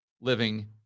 living